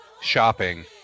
shopping